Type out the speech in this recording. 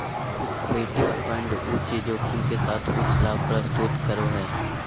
equity fund उच्च जोखिम के साथ उच्च लाभ प्रस्तुत करो हइ